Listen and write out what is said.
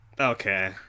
Okay